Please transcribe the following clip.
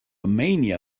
mania